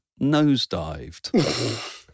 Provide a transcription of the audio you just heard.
nosedived